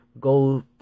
go